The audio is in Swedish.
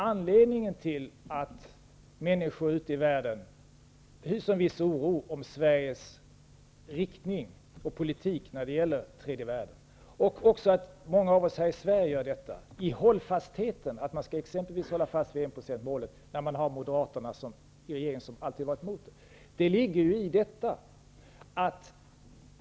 Anledningen till att människor ute i världen hyser en viss oro för Sveriges riktning och politik när det gäller tredje världen och till att många av oss här i Sverige också gör det är tvivlet på hållfastheten, tvivlet på att man skall hålla fast vid enprocentsmålet när man i regeringen har moderaterna, som alltid har varit emot det.